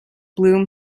bloom